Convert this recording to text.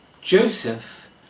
Joseph